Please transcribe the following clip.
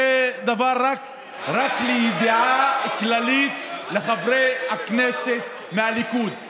זה דבר רק לידיעה כללית לחברי הכנסת מהליכוד,